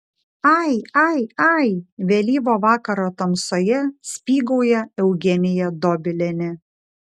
ai ai ai vėlyvo vakaro tamsoje spygauja eugenija dobilienė